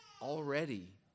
already